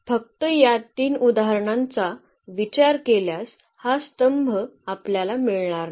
फक्त या तीन उदाहरणांचा विचार केल्यास हा स्तंभ आपल्याला मिळणार नाही